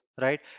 right